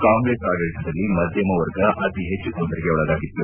ಕಾಂಗ್ರೆಸ್ ಆಡಳಿತದಲ್ಲಿ ಮಧ್ಯಮ ವರ್ಗ ಅತಿ ಹೆಚ್ಚು ತೊಂದರೆಗೆ ಒಳಗಾಗಿತ್ತು